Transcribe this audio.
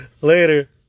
Later